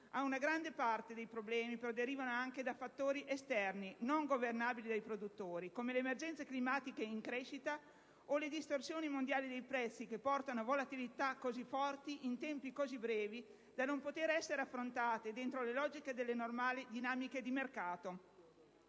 Ma una grande parte dei problemi deriva anche da fattori esterni non governabili dai produttori, come le emergenze climatiche in crescita o le distorsioni mondiali dei prezzi, che portano a volatilità così forti in tempi tanto brevi da non poter essere affrontate dentro le logiche delle normali dinamiche di mercato.